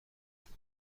کنه